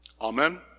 Amen